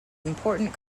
important